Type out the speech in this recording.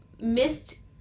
missed